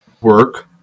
work